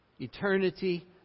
Eternity